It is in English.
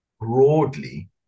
broadly